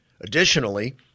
Additionally